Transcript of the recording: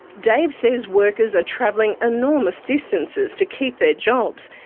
dave says workers are travelling enormous distances to keep their jobs,